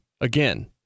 Again